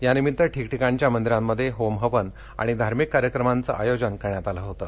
यानिमित्त ठिकठीकाणच्या मंदिरांमध्ये होम हवन आणि धार्मिक कार्यक्रमाचं आयोजन करण्यात आलं होतं